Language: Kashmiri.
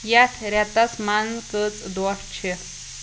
یتھ رٮ۪تس منٛز کٔژ دۄہ چھِ